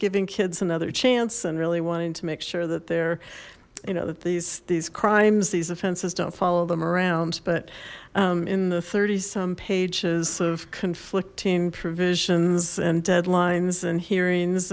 giving kids another chance and really wanting to make sure that their you know that these these crimes these offenses don't follow them around but in the thirty some pages of conflicting provisions and deadlines and hearings